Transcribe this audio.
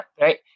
right